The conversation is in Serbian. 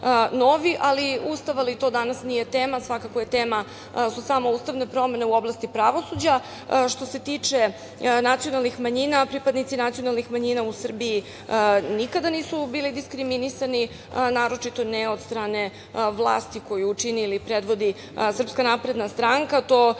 ceo Ustav, ali to danas nije tema. Svakako su tema ustavne promene u oblasti pravosuđa. Što se tiče nacionalnih manjina, pripadnici nacionalnih manjina u Srbiji nikada nisu bili diskriminisani, a naročito ne od strane vlasti koju čini ili predvodi SNS. To pokazujemo